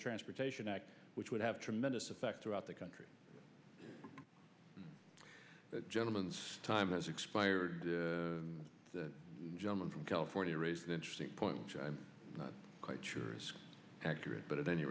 transportation act which would have tremendous effect throughout the country gentleman's time has expired the gentleman from california raises an interesting point which i'm not quite sure is accurate but at any